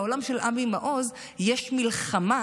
בעולם של אבי מעוז יש מלחמה